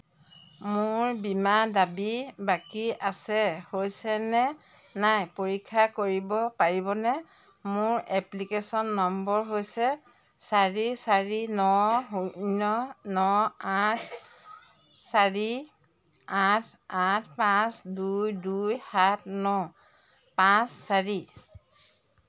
মোৰ বীমা দাবী বাকী আছে হৈছেনে নাই পৰীক্ষা কৰিব পাৰিবনে মোৰ এপ্লিকেশ্যন নম্বৰ হৈছে চাৰি চাৰি ন শূন্য ন আঠ চাৰি আঠ আঠ পাঁচ দুই দুই সাত ন পাঁচ চাৰি